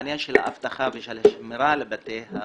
עניין של אבטחה ושמירה על בתי הספר.